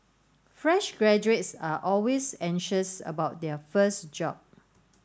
fresh graduates are always anxious about their first job